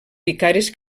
vicaris